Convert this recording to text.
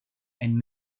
and